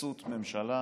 התייחסות ממשלה,